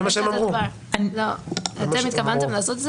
אני חושבת על החזרת